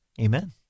Amen